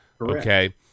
Okay